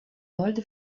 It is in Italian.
old